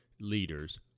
leaders